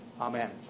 Amen